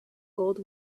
old